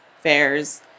fairs